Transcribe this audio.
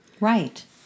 Right